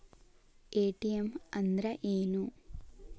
ATM ಅಂದ್ರ ಏನು?